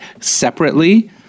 separately